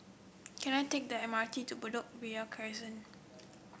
can I take the M R T to Bedok Ria Crescent